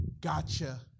Gotcha